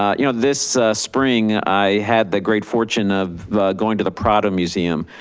um you know, this spring i had the great fortune of going to the prada museum.